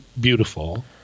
beautiful